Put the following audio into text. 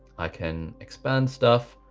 i can expand stuff.